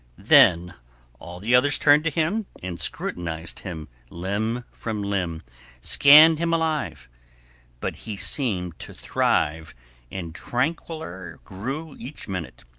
then all the others turned to him and scrutinized him limb from limb scanned him alive but he seemed to thrive and tranquiler grow each minute,